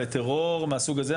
לטרור מהסוג הזה,